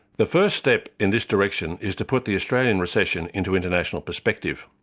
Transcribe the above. the first step in this direction is to put the australian recession into international perspective.